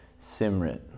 Simrit